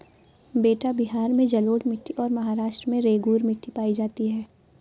बेटा बिहार में जलोढ़ मिट्टी और महाराष्ट्र में रेगूर मिट्टी पाई जाती है